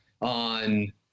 on